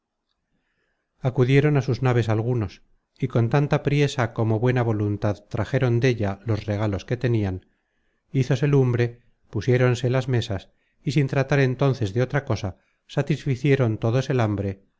acudieron á sus naves algunos y con tanta priesa como buena voluntad trajeron della los regalos que tenian hízose lumbre pusiéronse las mesas y sin tratar entonces de otra cosa satisficieron todos la hambre